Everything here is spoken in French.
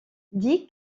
dix